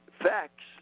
facts